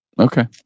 Okay